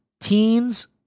Teens